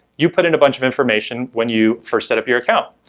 you put in a bunch of information when you first set up your account.